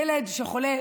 ילד שחולה,